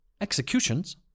Executions